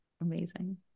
amazing